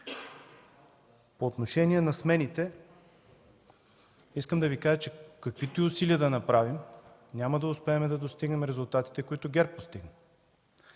По отношение на смените – каквито и усилия да направим, няма да успеем да достигнем резултатите, които ГЕРБ постигна.